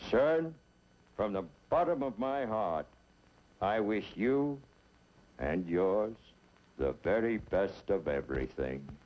sure from the bottom of my heart i wish you and yours the very best of everything